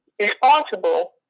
responsible